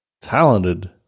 talented